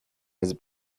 his